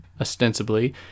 ostensibly